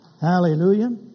Hallelujah